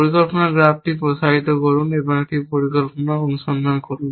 পরিকল্পনা গ্রাফ প্রসারিত করুন একটি পরিকল্পনা অনুসন্ধান করুন